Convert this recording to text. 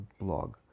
blog